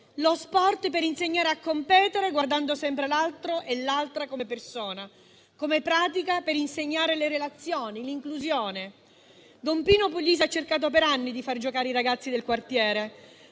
lo sport per insegnare a competere guardando sempre l'altro e l'altra come persona, come pratica per insegnare le relazioni, l'inclusione. Don Pino Puglisi ha cercato per anni di far giocare i ragazzi del quartiere.